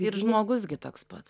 ir žmogus gi toks pat